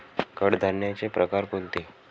कडधान्याचे प्रकार कोणते?